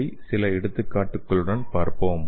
இதை சில எடுத்துக்காட்டுகளுடன் பார்ப்போம்